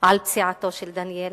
על פציעתו של דניאל,